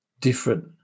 different